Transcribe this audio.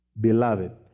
Beloved